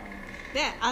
oh